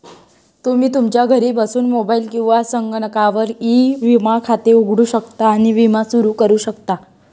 तुम्ही तुमच्या घरी बसून मोबाईल किंवा संगणकावर ई विमा खाते उघडू शकता आणि विमा सुरू करू शकता